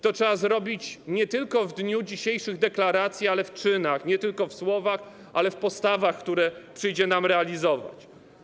To trzeba zrobić nie tylko w dniu dzisiejszych deklaracji, ale w czynach, nie tylko w słowach, ale w postawach, które przyjdzie nam realizować.